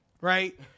right